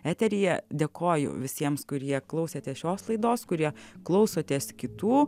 eteryje dėkoju visiems kurie klausėtės šios laidos kurie klausotės kitų